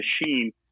machine